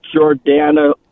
Jordana